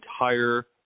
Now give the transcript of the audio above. entire